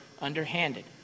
underhanded